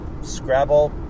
Scrabble